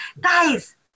guys